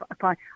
fine